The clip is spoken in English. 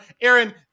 Aaron